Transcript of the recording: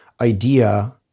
idea